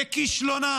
בכישלונה